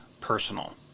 personal